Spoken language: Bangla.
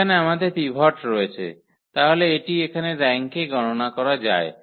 এখানে আমাদের পিভট রয়েছে তাহলে এটি এখানে র্যাঙ্কে গণনা করা যায়